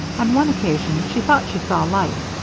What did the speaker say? on one occasion she thought she saw light.